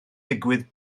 digwydd